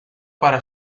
para